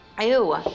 Ew